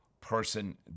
person